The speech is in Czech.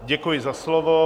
Děkuji za slovo.